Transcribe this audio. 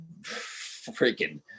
freaking